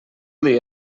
dir